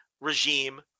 regime